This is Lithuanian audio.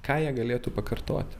ką jie galėtų pakartoti